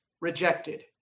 rejected